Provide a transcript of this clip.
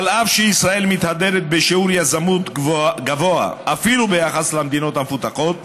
אף שישראל מתהדרת בשיעור יזמות גבוה אפילו ביחס למדינות המפותחות,